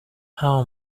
how